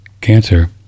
cancer